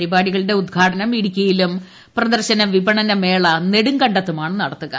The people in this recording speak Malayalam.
പരിപാടികളുടെ ഉദ്ഘാടനം ഇടൂക്കിയിലും പ്രദർശന വിപണനമേള നെടുങ്കണ്ടത്തുമാണ് നടത്തുക